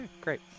great